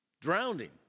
drowning